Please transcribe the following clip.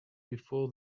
before